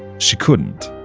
she couldn't.